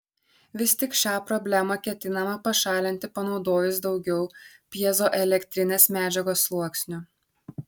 vis tik šią problemą ketinama pašalinti panaudojus daugiau pjezoelektrinės medžiagos sluoksnių